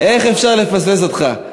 איך אפשר לפספס אותך.